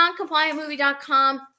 noncompliantmovie.com